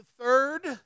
third